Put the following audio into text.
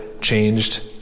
changed